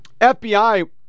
FBI